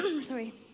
sorry